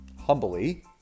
humbly